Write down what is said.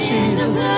Jesus